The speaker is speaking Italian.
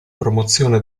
promozione